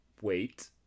Wait